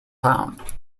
found